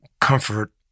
comfort